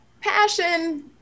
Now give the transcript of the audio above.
passion